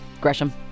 Gresham